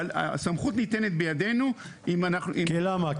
אבל הסמכות ניתנת בידנו, אם --- כי למה?